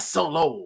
Solo